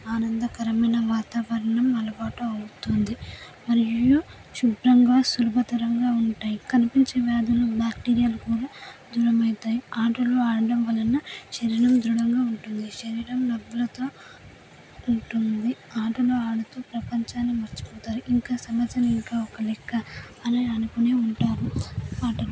ఆనందకరమైన వాతావరణం అలవాటు అవుతుంది మరియు శుభ్రంగా సులభతరంగా ఉంటాయి కనిపించని వ్యాధులను బ్యాక్టీరియా కూడా దూరమవుతాయి ఆటలను ఆడటం వలన శరీరం దృఢంగా ఉంటుంది శరీరం నొప్పులతో ఉంటుంది ఆటలు ఆడుతూ ప్రపంచాన్ని మర్చిపోతారు ఇంకా సమస్యలు ఒక లెక్క అని అనుకునే ఉంటాము